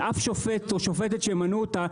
ואף שופט או שופטת שימנו אותה,